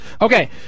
Okay